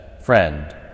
Friend